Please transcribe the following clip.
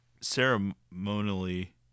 ceremonially